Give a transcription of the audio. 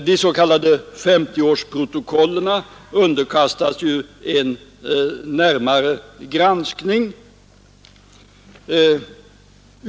De s.k. femtioårsprotokollen underkastas en närmare granskning.